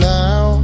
now